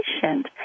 patient